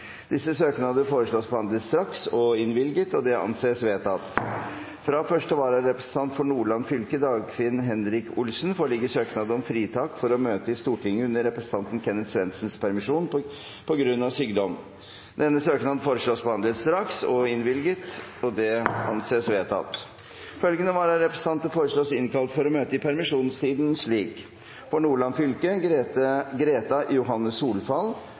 Disse søknader foreslås behandlet straks og innvilget. – Det anses vedtatt. Fra første vararepresentant for Nordland fylke, Dagfinn Henrik Olsen, foreligger søknad om fritak for å møte i Stortinget under representanten Kenneth Svendsens permisjon, på grunn av sykdom. Etter forslag fra presidenten ble enstemmig besluttet: Søknaden behandles straks og innvilges. Følgende vararepresentanter innkalles for å møte i permisjonstiden slik: For Nordland fylke: Greta Johanne Solfall